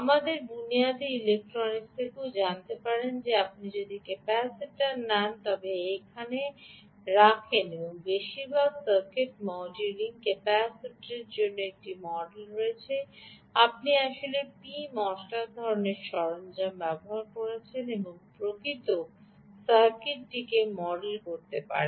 আমাদের বুনিয়াদি ইলেকট্রনিক্স থেকেও জানতে পারেন যে আপনি যদি ক্যাপাসিটর নেন এবং এটিতে রাখেন তবে বেশিরভাগ সার্কিট মডেলিংয়ের ক্যাপাসিটরের জন্য একটি মডেল রয়েছে আপনি আসলে পি spiceর ধরণের সরঞ্জাম ব্যবহার করতে পারেন এবং প্রকৃত সার্কিটকে মডেল করতে পারেন